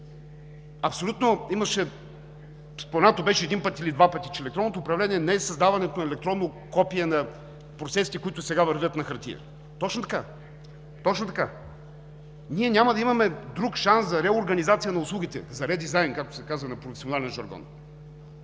го гледали вече. Споменато беше един или два пъти, че електронното управление не е създаването на електронно копие на процесите, които сега вървят на хартия. (Шум и реплики.) Точно така, ние няма да имаме друг шанс за реорганизация на услугите, за редизайн, както се казва на професионален жаргон,